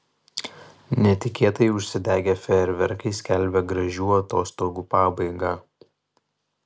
netikėtai užsidegę fejerverkai skelbia gražių atostogų pabaigą